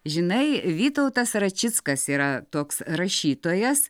žinai vytautas račickas yra toks rašytojas